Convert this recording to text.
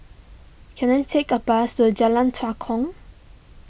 can I take a bus to Jalan Tua Kong